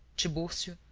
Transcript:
tiburcio,